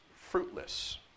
fruitless